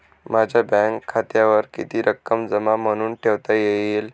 माझ्या बँक खात्यावर किती रक्कम जमा म्हणून ठेवता येईल?